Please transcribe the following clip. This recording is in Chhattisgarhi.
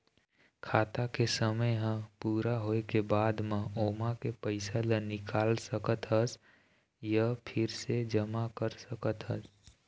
खाता के समे ह पूरा होए के बाद म ओमा के पइसा ल निकाल सकत हस य फिर से जमा कर सकत हस